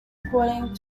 according